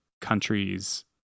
countries